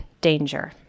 danger